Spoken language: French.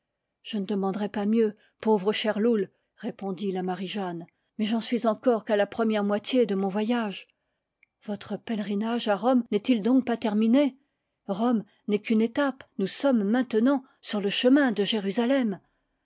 je ne demanderais pas mieux pauvre cher loull répon dit la marie-jeanne mais je n'en suis encore qu'à la pre mière moitié de mon voyage votre pèlerinage à rome n'est-il donc pas terminé rome n'est qu'une étape nous sommes maintenant sur le chemin de jérusalem